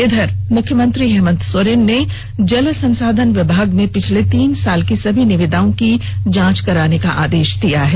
इधर मुख्यमंत्री हेमंत सोरेन ने जल संसाधन विभाग में पिछले तीन साल की सभी निविदाओं की जांच कराने का आदेष दिया है